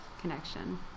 connection